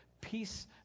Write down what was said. peace